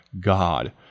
God